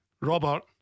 Robert